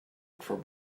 for